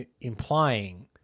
implying